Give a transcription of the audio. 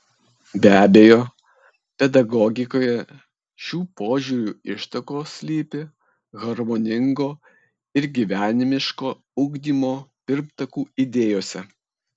be abejo pedagogikoje šių požiūrių ištakos slypi harmoningo ir gyvenimiško ugdymo pirmtakų idėjose